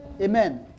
Amen